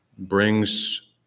Brings